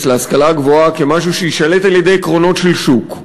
להשכלה הגבוהה כמשהו שיישלט על-ידי עקרונות של שוק,